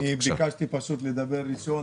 אני ביקשתי לדבר ראשון,